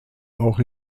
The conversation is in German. auch